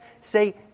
say